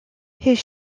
his